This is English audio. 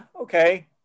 okay